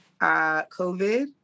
COVID